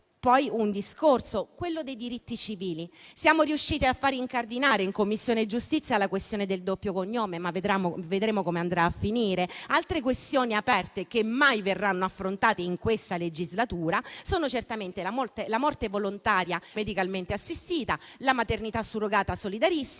un discorso, quello dei diritti civili. Siamo riusciti a far incardinare in Commissione giustizia la questione del doppio cognome, ma vedremo come andrà a finire. Altre questioni aperte che mai verranno affrontate in questa legislatura sono la morte volontaria medicalmente assistita, la maternità surrogata solidaristica